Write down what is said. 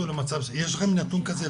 יש לכם נתון כזה?